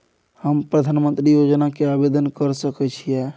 हम प्रधानमंत्री योजना के आवेदन कर सके छीये?